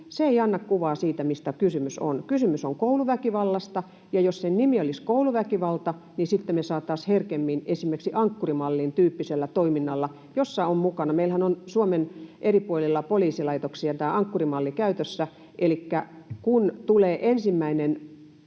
se ei anna kuvaa siitä, mistä on kysymys. Kysymys on kouluväkivallasta, ja jos sen nimi olisi kouluväkivalta, niin sitten me saataisiin herkemmin linkitettyä esimerkiksi Ankkuri-mallin tyyppistä toimintaa. Meillähän on Suomen eri puolilla poliisilaitoksilla tämä Ankkuri-malli käytössä, elikkä kun nuorelle tulee ensimmäinen